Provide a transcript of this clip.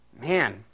man